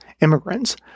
immigrants